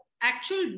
actual